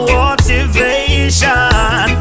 motivation